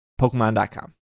Pokemon.com